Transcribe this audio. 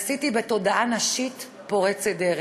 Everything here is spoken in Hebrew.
עשיתי בתודעה נשית פורצת דרך.